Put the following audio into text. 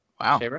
Wow